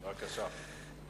בבקשה.